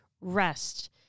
rest